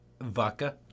vodka